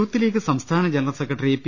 youth league സംസ്ഥാന general secretary P